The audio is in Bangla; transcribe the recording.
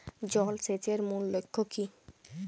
জল সেচের মূল লক্ষ্য কী?